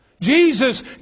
Jesus